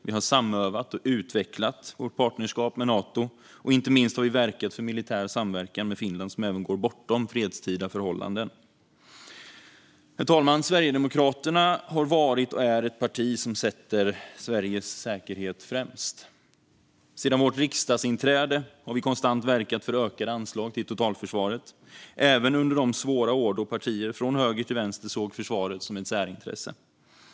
Vi har samövat och utvecklat vårt partnerskap med Nato, och inte minst har vi verkat för militär samverkan med Finland som även går bortom fredstida förhållanden. Herr talman! Sverigedemokraterna har varit och är ett parti som sätter Sveriges säkerhet främst. Sedan vårt riksdagsinträde har vi konstant verkat för ökade anslag till totalförsvaret, även under de svåra år då partier från höger till vänster såg försvaret som ett särintresse.